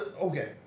Okay